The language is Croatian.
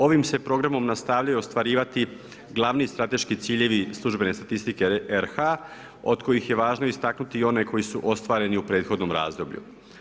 Ovim se programom nastavljaju ostvarivati glavni strateški ciljevi službene statistike RH od kojih je važno istaknuti i one koji su ostvareni u prethodnom razdoblju.